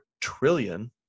trillion